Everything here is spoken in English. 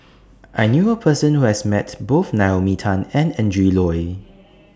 I knew A Person Who has Met Both Naomi Tan and Adrin Loi